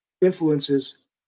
influences